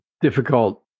difficult